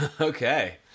Okay